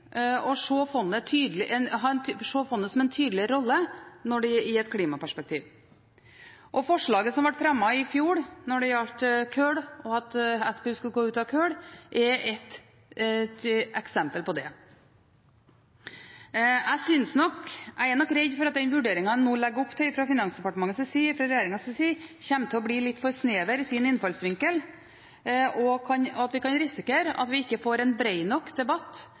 å se fondet som en tydelig rolle i et klimaperspektiv. Forslaget som ble fremmet i fjor når det gjaldt kull og at SPU skal gå ut av kull, er et eksempel på det. Jeg er nok redd for at den vurderingen man nå legger opp til fra Finansdepartementet og regjeringens side, kommer til å bli litt for snever i sin innfallsvinkel, og at vi kan risikere at vi ikke får en bred nok debatt